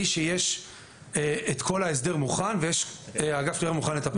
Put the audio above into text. שיש את כל ההסדר מוכן ויש אגף מוכן לטפל בהם.